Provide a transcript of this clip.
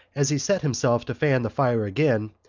as he set himself to fan the fire again,